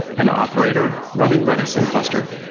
an operator running redis in cluster,